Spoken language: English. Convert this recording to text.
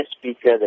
speaker